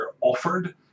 offered